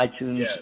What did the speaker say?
iTunes